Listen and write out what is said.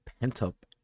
pent-up